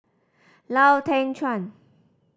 Lau Teng Chuan